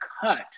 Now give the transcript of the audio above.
cut